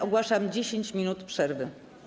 Ogłaszam 10 minut przerwy.